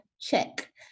check